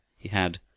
he had